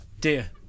Dear